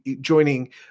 joining